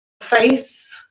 face